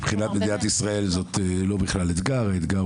מבחינת מדינת ישראל זה לא אתגר כי האתגר